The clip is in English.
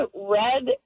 red